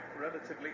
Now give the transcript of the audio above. relatively